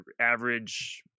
average